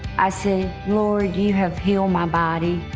i said, lord, you have healed my body.